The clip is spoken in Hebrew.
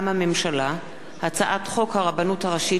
הצעת חוק הרבנות הראשית לישראל (הארכת כהונה